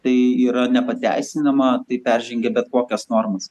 tai yra nepateisinama tai peržengia bet kokias normas